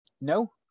No